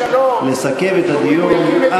לסכם את הדיון.